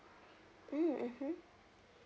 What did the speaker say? mm mmhmm